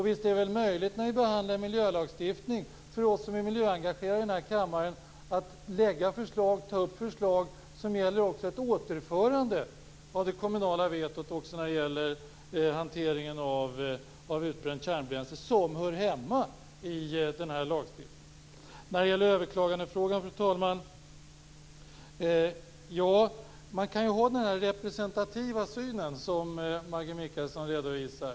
Visst är det väl möjligt, när vi behandlar miljölagstiftning, för oss som är miljöengagerade i den här kammaren att lägga förslag och ta upp förslag som gäller ett återförande av det kommunala vetot när det gäller hanteringen av utbränt kärnbränsle, som hör hemma i den här lagstiftningen. I överklagandefrågan kan man ju ha den representativa synen, som Maggi Mikaelsson redovisar.